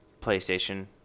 PlayStation